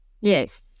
Yes